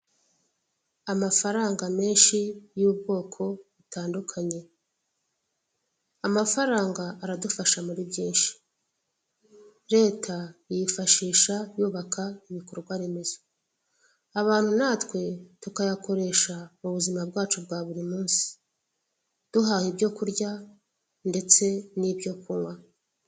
Amafaranga menshi y'ubwoko butandukanye. Amafaranga aradufasha muri byinshi, Leta iyifashisha yubaka ibikorwaremezo, abantu natwe tukayakoresha mu buzima bwacu bwa buri munsi duhaha ibyo kurya ndetse n'ibyo kunywa.